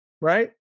right